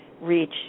reach